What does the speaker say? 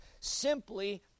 simply